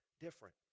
different